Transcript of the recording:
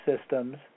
systems